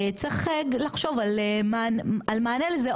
צריך לחשוב על מתן מענה לזה,